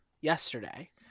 yesterday